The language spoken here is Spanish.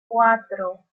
cuatro